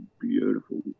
beautiful